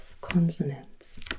consonants